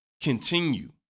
continue